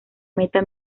meta